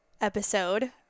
episode